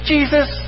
Jesus